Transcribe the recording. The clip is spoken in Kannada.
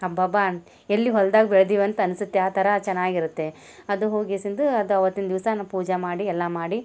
ಅಬ್ಬಬ್ಬ ಎಲ್ಲಿ ಹೊಲ್ದಾಗ ಬೆಳ್ದಿವಿ ಅಂತ ಅನ್ಸುತ್ತೆ ಆ ಥರ ಚೆನ್ನಾಗಿ ಇರುತ್ತೆ ಅದು ಹೋಗೆಸಿಂದು ಅದು ಅವತ್ತಿನ ದಿವಸ ನಾವು ಪೂಜೆ ಮಾಡಿ ಎಲ್ಲ ಮಾಡಿ